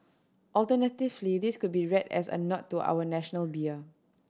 alternatively this could be read as a nod to our national beer